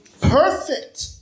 perfect